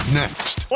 next